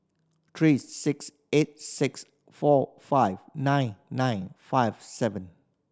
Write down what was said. three six eight six four five nine nine five seven